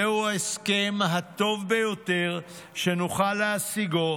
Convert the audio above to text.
זהו ההסכם הטוב ביותר שנוכל להשיגו,